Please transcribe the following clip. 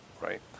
right